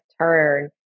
turn